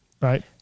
right